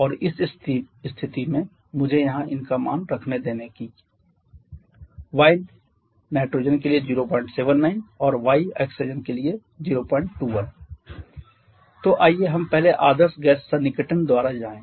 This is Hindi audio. और इस स्थिति में मुझे यहाँ इनका मान रखने दे की y नाइट्रोजन के लिए 079 और y ऑक्सीजन के लिए 021 तो आइए हम पहले आदर्श गैस सन्निकटन द्वारा जाएं